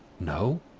no?